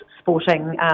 sporting